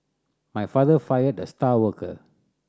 my father fired the star worker